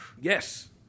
Yes